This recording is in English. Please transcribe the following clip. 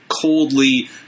coldly